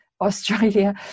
australia